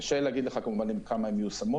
קשה לי להגיד לך כמובן כמה הן מיושמות.